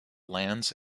lands